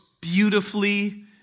beautifully